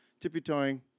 tippy-toeing